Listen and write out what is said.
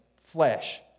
flesh